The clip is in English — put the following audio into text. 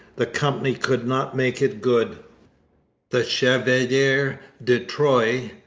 the company could not make it good the chevalier de troyes,